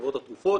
חברות התרופות,